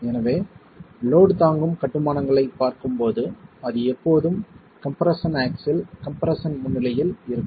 எனவே லோட் தாங்கும் கட்டுமானங்களைப் பார்க்கும்போது அது எப்போதும் கம்ப்ரஸன் ஆக்ஸில் கம்ப்ரஸன் முன்னிலையில் இருக்கும்